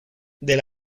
del